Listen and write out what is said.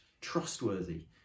trustworthy